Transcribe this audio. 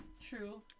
true